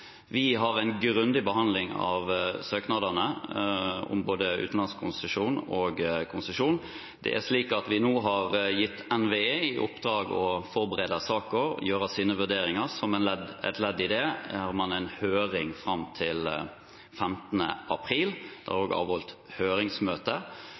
Vi har en grundig behandling av søknadene om både utenlandskonsesjon og konsesjon. Vi har nå gitt NVE i oppdrag å forberede saken og gjøre sine vurderinger. Som et ledd i det har man en høring fram til 15. april.